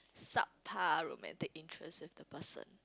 subpar romantic interest with the person